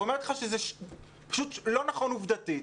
אומרת לך שזה פשוט לא נכון עובדתית,